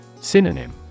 Synonym